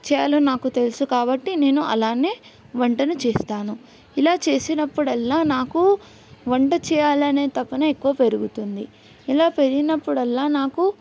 చేయాలో నాకు తెలుసు కాబట్టి నేను అలానే వంటను చేస్తాను ఇలా చేసినప్పుడల్లా నాకు వంట చేయాలనే తపన ఎక్కువ పెరుగుతుంది ఇలా పెరిగినప్పుడల్లా నాకు